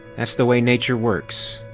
that's the way nature works.